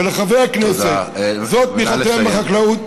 ולחברי הכנסת: זאת תמיכתכם בחקלאות.